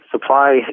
supply